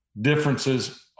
Differences